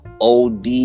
OD